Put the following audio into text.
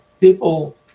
people